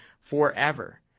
forever